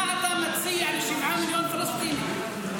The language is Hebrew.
מה אתה מציע לשבעה מיליון פלסטינים?